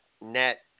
net